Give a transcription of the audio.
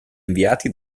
inviati